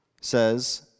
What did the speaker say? says